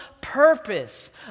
purpose